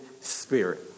Spirit